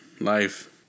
life